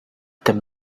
them